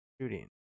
shooting